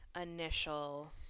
initial